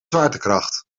zwaartekracht